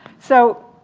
so,